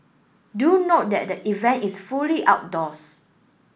do note that the event is fully outdoors